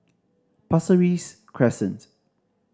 Pasir Ris Cresent